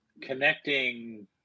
connecting